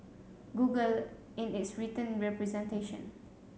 google in its written representation